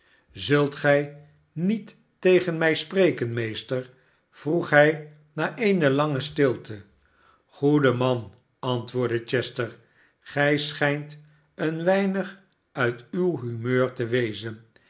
zult gij niet tegen mij spreken meester vroeg hij na eene lange stilte goede man antwoordde chester gij schijnt een weirug uit uw humeur te wezen